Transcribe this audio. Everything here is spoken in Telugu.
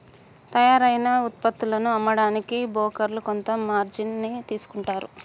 తయ్యారైన వుత్పత్తులను అమ్మడానికి బోకర్లు కొంత మార్జిన్ ని తీసుకుంటారు